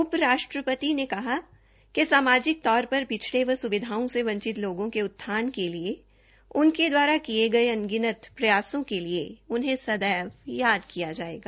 उप राष्ट्रपति ने कहा कि सामाजिक तौर पर पिछड़े व सुविधाओं से वंचित लोगों के उत्थान के लिए उनके द्वारा किये गये अनगिनत प्रयासों के लिए उन्हें सदैव याद किया जायेगा